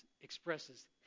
expresses